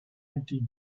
empty